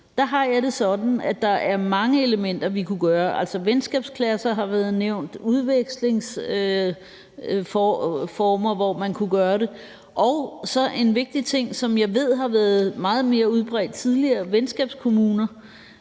og mange ting, vi kunne gøre. Venskabsklasser har været nævnt, udvekslingsformer, hvor man kunne gøre det, og så en vigtig ting, som jeg ved har været meget mere udbredt tidligere: venskabskommuner,